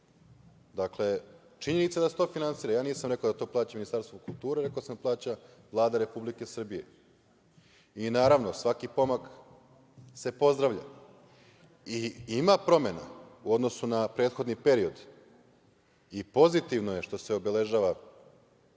činjenica je da se to finansira. Ja nisam rekao da to plaća Ministarstvo kulture, reko sam da plaća Vlada Republike Srbije. Naravno, svaki pomak se pozdravlja i ima promena u odnosu na prethodni period i pozitivno je što se obeležava